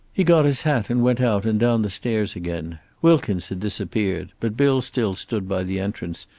he got his hat and went out, and down the stairs again. wilkins had disappeared, but bill still stood by the entrance,